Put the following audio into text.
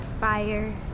Fire